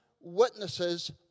witnesses